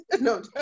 No